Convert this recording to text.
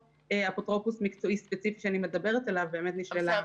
אפוטרופוס מקצועי ספציפי שעליו אני מדברת באמת נשללה ההסמכה.